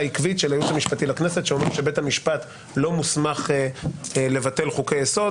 עקבית של הייעוץ המשפטי לכנסת שאומר שבית משפט לא מוסמך לבטל חוקי-יסוד.